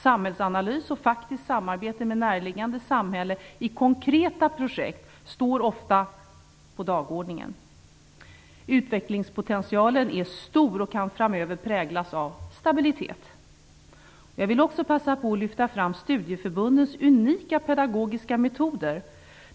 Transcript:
Samhällsanalys och faktiskt samarbete med närliggande samhälle i konkreta projekt står ofta på dagordningen. Utvecklingspotentialen är stor och kan framöver präglas av stabilitet. Jag vill också passa på att lyfta fram studieförbundens unika pedagogiska metoder.